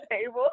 table